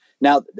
Now